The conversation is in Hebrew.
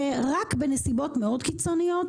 שרק בנסיבות מאוד קיצוניות,